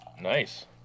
nice